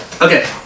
Okay